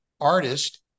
artist